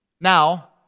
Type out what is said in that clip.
Now